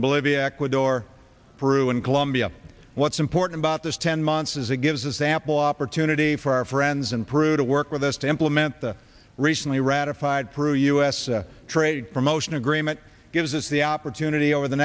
bolivia ecuador through in colombia what's important about this ten months is it gives a sample opportunity for our friends in peru to work with us to implement the recently ratified through u s trade promotion agreement gives us the opportunity over the